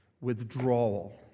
withdrawal